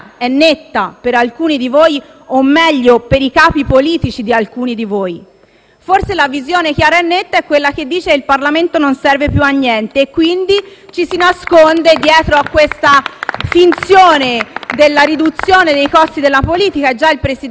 Forse la visione chiara e netta è quella secondo cui il Parlamento non serve più a niente *(Applausi dal Gruppo PD)*, quindi ci si nasconde dietro a questa finzione della riduzione dei costi della politica. Già il presidente Casini l'ha detto: la democrazia ha un costo. Non sarà sicuramente la riduzione